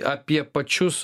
apie pačius